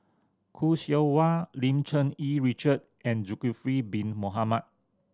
Khoo Seow Hwa Lim Cherng Yih Richard and Zulkifli Bin Mohamed